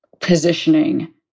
positioning